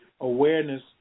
awareness